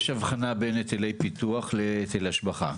יש הבחנה בין היטלי פיתוח להיטלי השבחה.